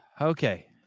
Okay